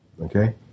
Okay